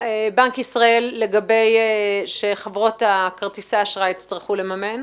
בנק ישראל, שחברות כרטיסי האשראי יצטרכו לממן.